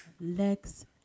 legs